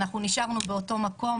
נשארנו באותו מקום,